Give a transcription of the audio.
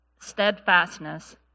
steadfastness